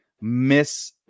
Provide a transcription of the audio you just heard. miss